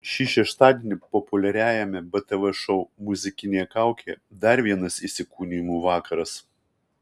šį šeštadienį populiariajame btv šou muzikinėje kaukėje dar vienas įsikūnijimų vakaras